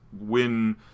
win